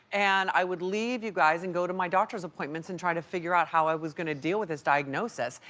and i would leave you guys and go to my doctors appointments and try to figure out how i was going to deal with this diagnosis.